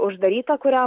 uždaryta kuriam